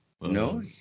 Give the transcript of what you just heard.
No